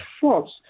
false